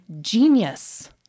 genius